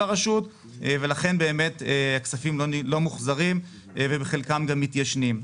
הרשות ולכן באמת הכספים לא מוחזרים ובחלקם גם מתיישנים.